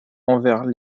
envers